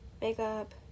makeup